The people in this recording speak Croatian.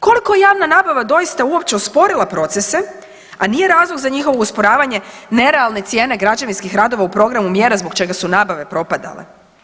Koliko je javna nabava doista uopće usporila procese, a nije razlog za njihovo usporavanje nerealne cijene građevinskih radova u programu mjera zbog čega su nabave propadale.